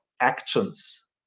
actions